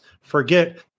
forget